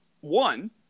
one